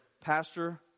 Pastor